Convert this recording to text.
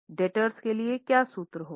debtors के लिए क्या सूत्र होगा